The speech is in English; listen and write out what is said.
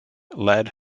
ladd